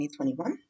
2021